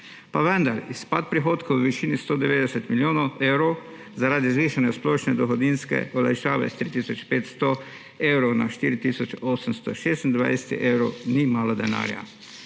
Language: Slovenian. Pa vendar izpad prihodkov v višini 190 milijonov evrov zaradi zvišanja splošne dohodninske olajšave s 3 tisoč 500 evrov na 4 tisoč 826 evrov ni malo denarja.